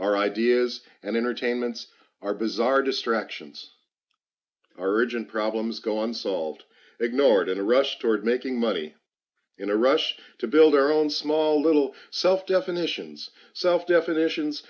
our ideas and entertainments are bizarre distractions our engine problems go on solved ignored in a rush toward making money in a rush to build our own small little self definitions self definitions